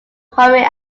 homing